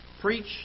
preach